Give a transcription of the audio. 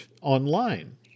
online